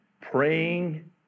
praying